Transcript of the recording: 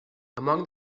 among